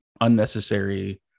unnecessary